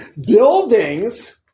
Buildings